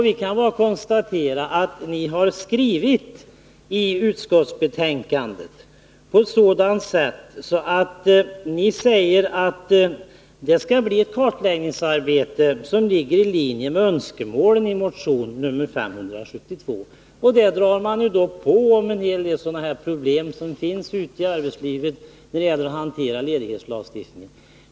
Vi kan bara konstatera att ni i utskottsbetänkandet har skrivit att det skall bli ett kartläggningsarbete som Nr 36 ligger i linje med önskemålen i motion nr 572. I motionen har man dragit fram en hel del sådana problem som finns ute i arbetslivet när det gäller att hantera ledighetslagstiftningen.